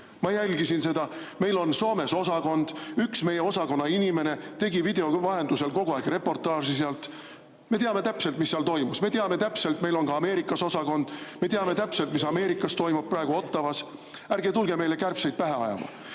Ma jälgisin seda. Meil on Soomes osakond, üks meie osakonna inimene tegi video vahendusel kogu aeg reportaaži sealt. Me teame täpselt, mis seal toimus. Ja meil on ka Ameerikas osakond, me teame täpselt, mis Ameerikas toimub ja praegu Ottawas. Ärge tulge meile kärbseid pähe ajama. Nüüd,